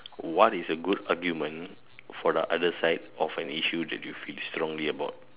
what is a good argument for the other side of an issue that you feel strongly about